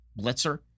Blitzer